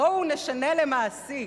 בואו נשנה ל"מעסיק".